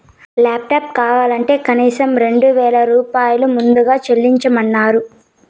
laptop కావాలంటే కనీసం రెండు వేల రూపాయలు ముందుగా చెల్లించమన్నరు